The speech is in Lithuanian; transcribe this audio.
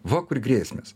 va kur grėsmės